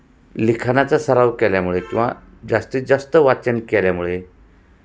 लिखाणाचा सराव केल्यामुळे किंवा जास्तीत जास्त वाचन केल्यामुळे